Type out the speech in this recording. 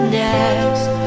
next